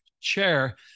chair